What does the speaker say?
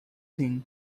thing